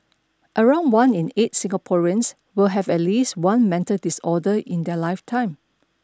around one in eight Singaporeans will have at least one mental disorder in their lifetime